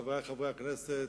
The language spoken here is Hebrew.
חברי חברי הכנסת,